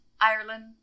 Ireland